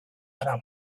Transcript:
darama